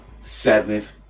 seventh